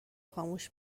خاموش